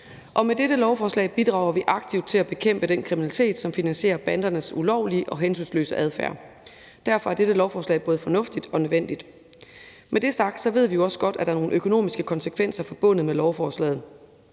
Med dette lovforslag bidrager vi aktivt til at bekæmpe den kriminalitet, som finansierer bandernes ulovlige og hensynsløse adfærd. Derfor er dette lovforslag både fornuftigt og nødvendigt. Med det sagt ved vi jo også godt, at der er nogle økonomiske konsekvenser forbundet med lovforslaget.